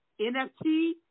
NFT